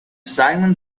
simum